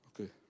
Okay